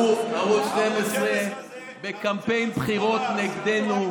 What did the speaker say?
ערוץ 12 בקמפיין בחירות נגדנו,